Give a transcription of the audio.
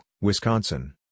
Wisconsin